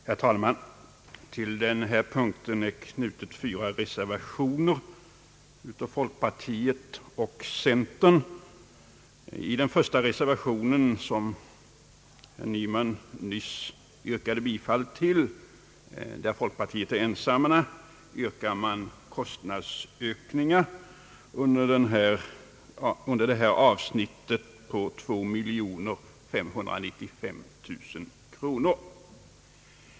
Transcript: Herr talman! Till den här punkten har fogats fyra reservationer av folkpartiet och centern. I den första reservationen, som folkpartiet är ensamt om och som herr Nyman nyss yrkade bifall till, begärs kostnadsökningar till detta avsnitt på 2 595 000 kronor.